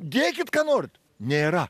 dėkit ką norit nėra